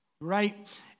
right